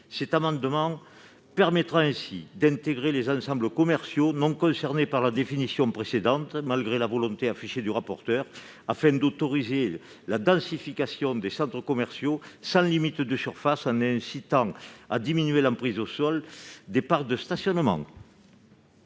Cette disposition permettra d'intégrer les ensembles commerciaux non concernés par la définition précédente, malgré la volonté affichée du rapporteur pour avis, afin d'autoriser la densification des centres commerciaux, sans limite de surface, en incitant à diminuer l'emprise au sol des parcs de stationnement.